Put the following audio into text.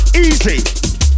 Easy